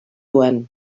duen